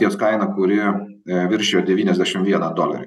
ties kaina kurie viršijo devyniasdešim vieną dolerį